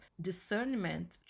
discernment